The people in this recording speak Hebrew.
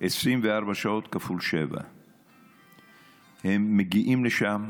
24 שעות כפול 7. הם מגיעים לשם,